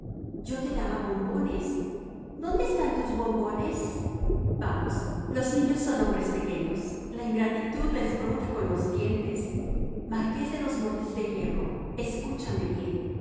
yo te daba bombones dónde están tus bombones vamos los niños son hombres pequeños la ingratitud les brota con los dientes marqués de los montes de hierro escúchame bien